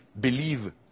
believe